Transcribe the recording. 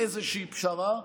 לאיזושהי פשרה,